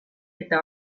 eta